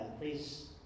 please